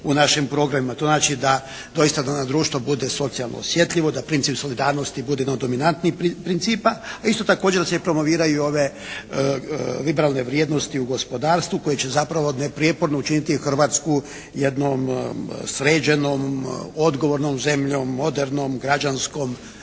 u našim programima. To znači da doista da nam društvo bude socijalno osjetljivo, da princip solidarnosti bude jedan od dominantnijih principa, a isto također da se promoviraju ove liberalne vrijednosti u gospodarstvu koje će zapravo neprijeporno učiniti Hrvatsku jednom sređenom odgovornom zemljom, modernom, građanskom,